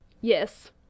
Yes